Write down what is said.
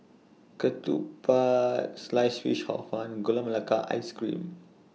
Ketupat Sliced Fish Hor Fun Gula Melaka Ice Cream